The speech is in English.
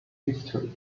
history